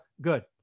Good